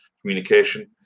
communication